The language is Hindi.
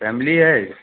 फ़ैमिली है